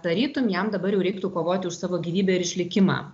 tarytum jam dabar jau reiktų kovoti už savo gyvybę ir išlikimą